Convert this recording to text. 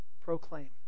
proclaim